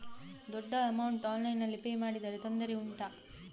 ದೊಡ್ಡ ಅಮೌಂಟ್ ಆನ್ಲೈನ್ನಲ್ಲಿ ಪೇ ಮಾಡಿದ್ರೆ ತೊಂದರೆ ಉಂಟಾ?